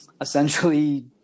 essentially